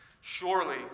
Surely